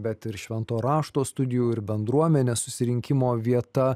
bet ir švento rašto studijų ir bendruomenės susirinkimo vieta